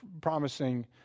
promising